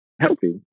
healthy